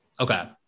Okay